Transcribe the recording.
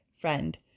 friend